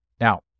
Now